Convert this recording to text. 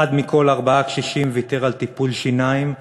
אחד מכל ארבעה קשישים ויתר על טיפול שיניים,